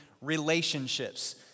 relationships